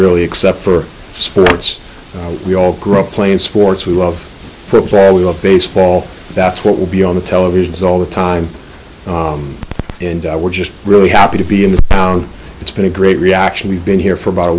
really except for sports we all grow up playing sports we love for we will baseball that's what will be on the televisions all the time and we're just really happy to be in the town it's been a great reaction we've been here for about a